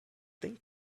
think